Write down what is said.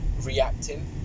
reacting